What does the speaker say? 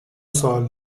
سوال